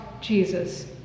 Jesus